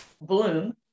bloom